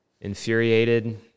infuriated